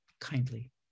kindly